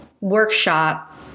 workshop